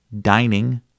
dining